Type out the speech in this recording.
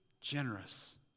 generous